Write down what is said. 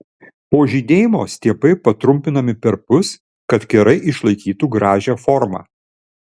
po žydėjimo stiebai patrumpinami perpus kad kerai išlaikytų gražią formą